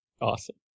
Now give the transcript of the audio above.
Awesome